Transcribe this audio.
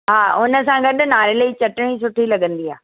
हा हुन सां गॾु नारेल जी चटणी सुठी लॻंदी आहे